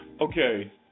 Okay